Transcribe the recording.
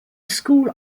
school